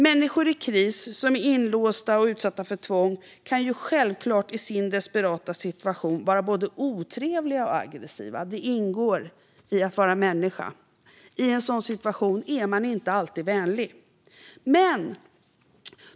Människor i kris som är inlåsta och utsatta för tvång kan i sin desperata situation vara både otrevliga och aggressiva; det ingår i att vara människa. I en sådan situation är man inte alltid vänlig.